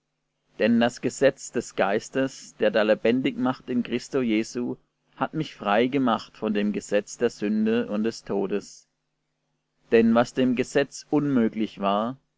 denn das gesetz des geistes der da lebendig macht in christo jesu hat mich frei gemacht von dem gesetz der sünde und des todes denn was dem gesetz unmöglich war